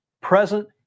present